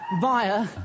via